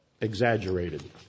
exaggerated